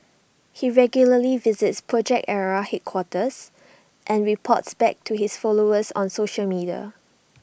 he regularly visits project Ara headquarters and reports back to his followers on social media